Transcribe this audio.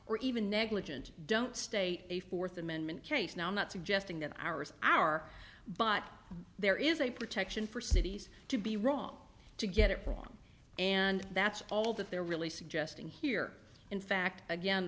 or even negligent don't state a fourth amendment case now i'm not suggesting that hours are but there is a protection for cities to be wrong to get it wrong and that's all that they're really suggesting here in fact again